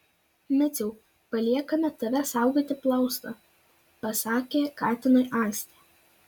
miciau paliekame tave saugoti plaustą pasakė katinui aistė